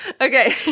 Okay